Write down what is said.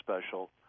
special